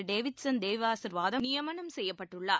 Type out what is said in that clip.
Davidson Devasirvatham நியமனம் செய்யப்பட்டுள்ளார்